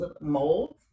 mold